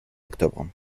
octobre